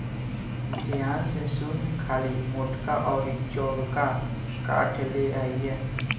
ध्यान से सुन खाली मोटका अउर चौड़का काठ ले अइहे